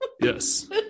yes